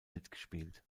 mitgespielt